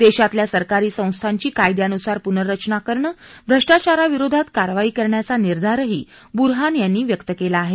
देशातल्या सरकारी संस्थांची कायद्यानुसार पुनर्रचना करणं भ्रष्टाचाराविरोधात कारवाई करण्याचा निर्धारही बुरहान यांनी व्यक्त केला आहे